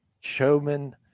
showman